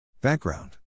Background